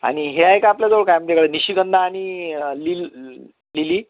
आणि हे आहे का आपल्याजवळ काय निशिगंधा आणि लिल लिली